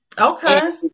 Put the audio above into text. Okay